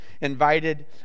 invited